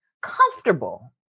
comfortable